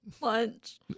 Lunch